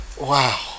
Wow